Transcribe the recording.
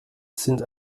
sind